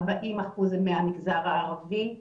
40% הם מהמגזר הערבי.